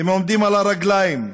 הם עומדים על הרגליים,